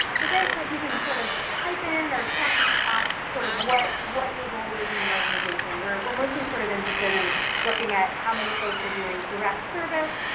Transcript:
okay, so if you can sort of type in or check off sort of what what your role is in the organization. we're we're mostly sort of interested in looking at how many folks are doing direct service,